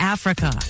Africa